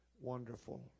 wonderful